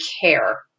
care